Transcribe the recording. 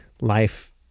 life